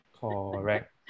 Correct